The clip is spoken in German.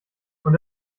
und